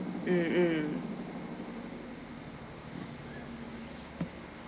mm mm